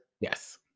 yes